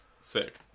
Sick